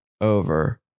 over